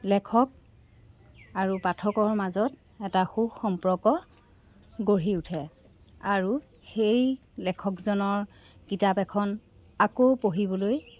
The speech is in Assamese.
লেখক আৰু পাঠকৰ মাজত এটা সু সম্পৰ্ক গঢ়ি উঠে আৰু সেই লেখকজনৰ কিতাপ এখন আকৌ পঢ়িবলৈ